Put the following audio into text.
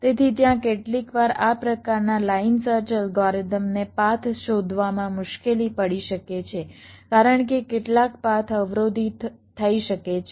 તેથી ત્યાં કેટલીકવાર આ પ્રકારના લાઇન સર્ચ અલ્ગોરિધમને પાથ શોધવામાં મુશ્કેલી પડી શકે છે કારણ કે કેટલાક પાથ અવરોધિત થઈ શકે છે